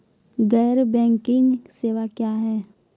गैर बैंकिंग सेवा क्या हैं?